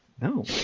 No